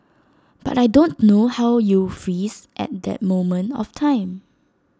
but I don't know how you freeze at that moment of time